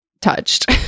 touched